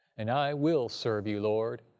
and i will serve you, lord,